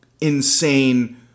insane